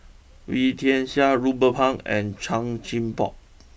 Wee Tian Siak Ruben Pang and Chan Chin Bock